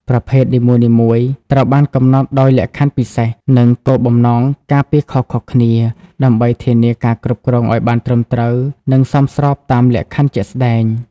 ប្រភេទនីមួយៗត្រូវបានកំណត់ដោយលក្ខណៈពិសេស និងគោលបំណងការពារខុសៗគ្នា ដើម្បីធានាការគ្រប់គ្រងឱ្យបានត្រឹមត្រូវ និងសមស្របតាមលក្ខខណ្ឌជាក់ស្តែង។